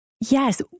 yes